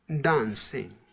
dancing